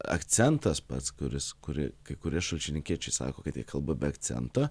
akcentas pats kuris kurį kai kurie šalčininkiečiai sako kad jie kalba be akcento